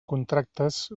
contractes